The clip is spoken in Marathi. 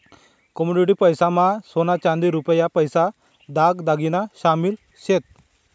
कमोडिटी पैसा मा सोना चांदी रुपया पैसा दाग दागिना शामिल शेत